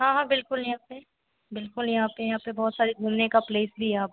हाँ हाँ बिल्कुल यहाँ प बिल्कुल यहाँ पर यहाँ पर बहुत सारे घूमने का प्लेस भी है आप